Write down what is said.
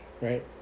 right